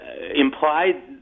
implied